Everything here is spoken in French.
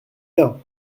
bien